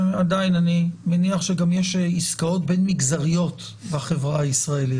עדיין אני מניח שגם יש עסקאות בין מגזריות בחברה הישראלית,